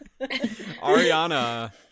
ariana